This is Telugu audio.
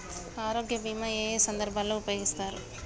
ఆరోగ్య బీమా ఏ ఏ సందర్భంలో ఉపయోగిస్తారు?